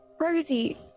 Rosie